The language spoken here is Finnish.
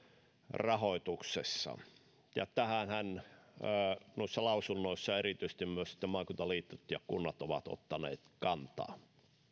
rahoituksessa tähänhän noissa lausunnoissa erityisesti myös sitten maakuntaliitot ja kunnat ovat ottaneet kantaa